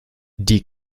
die